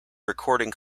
recording